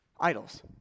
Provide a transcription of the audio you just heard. idols